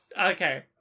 Okay